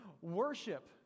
worship